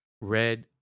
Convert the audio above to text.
Red